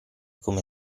come